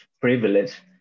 privilege